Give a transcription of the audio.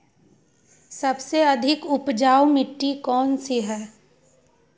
सबसे अधिक उपजाऊ मिट्टी कौन सी हैं?